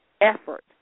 effort